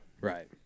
Right